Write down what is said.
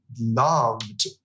loved